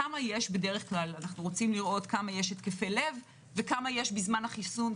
כמה יש בדרך כלל כמה יש התקפי לב וכמה יש בזמן החיסון,